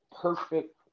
perfect